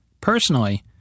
Personally